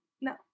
No